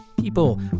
People